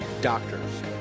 doctors